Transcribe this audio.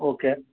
okay